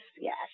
yes